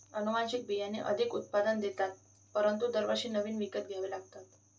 अनुवांशिक बियाणे अधिक उत्पादन देतात परंतु दरवर्षी नवीन विकत घ्यावे लागतात